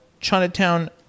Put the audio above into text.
Chinatown